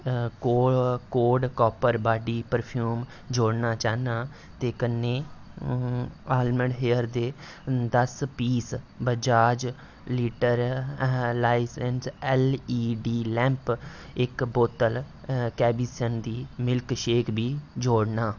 code copper body perfume जोड़ना चाह्न्नां ते कन्नै आलमड हेयर दे दस piece Bajaj litre licence LED lamp इक बोतल केविंस दी मिल्क शेक बी जोड़ना